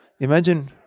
Imagine